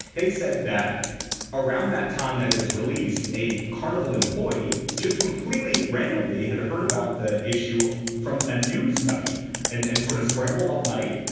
they said that around that time that it was released, a carnival employee just completely randomly had heard about the issue from a news site and and sort of scrambled all night.